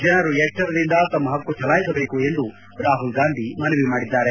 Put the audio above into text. ಜನರು ಎಚ್ಷರದಿಂದ ತಮ್ಮ ಪಕ್ಕು ಚಲಾಯಿಸಬೇಕು ಎಂದು ರಾಹುಲ್ಗಾಂಧಿ ಮನವಿ ಮಾಡಿದ್ದಾರೆ